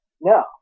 No